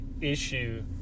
issue